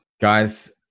Guys